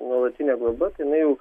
nuolatinė globa tai jinau jau